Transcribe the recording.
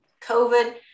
COVID